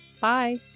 Bye